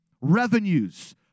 revenues